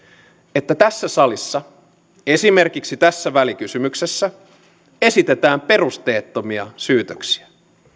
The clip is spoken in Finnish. että tässä salissa esimerkiksi tässä välikysymyksessä esitetään perusteettomia syytöksiä